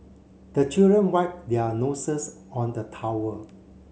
the children wipe their noses on the towel